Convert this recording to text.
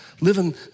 living